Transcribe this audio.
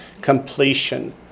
Completion